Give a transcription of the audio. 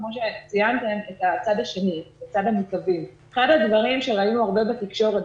כמו שציינתם את הצד השני --- אחד הדברים שראינו הרבה בתקשורת,